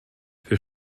für